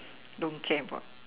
don't care about